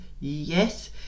yes